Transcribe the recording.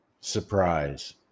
surprise